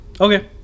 Okay